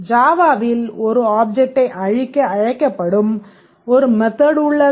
ஜாவாவில் ஒரு ஆப்ஜெக்ட்டை அழிக்க அழைக்கப்படும் ஒரு மெத்தட் உள்ளதா